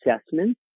assessment